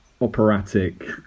operatic